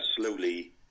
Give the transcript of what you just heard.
slowly